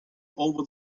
over